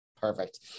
Perfect